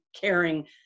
caring